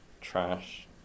trash